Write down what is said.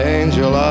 angel